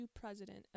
president